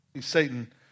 Satan